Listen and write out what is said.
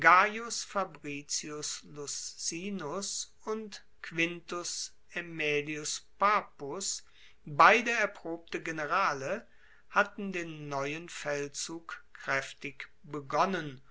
fabricius luscinus und quintus aemilius papus beide erprobte generale hatten den neuen feldzug kraeftig begonnen